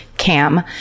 cam